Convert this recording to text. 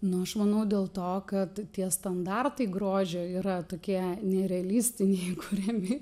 nu aš manau dėl to kad tie standartai grožio yra tokie nerealistiniai kuriami